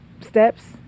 steps